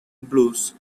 blues